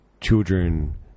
children